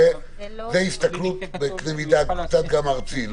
זאת הסתכלות בקנה מידה ארצי.